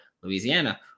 Louisiana